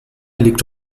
liegt